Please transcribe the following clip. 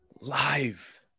Live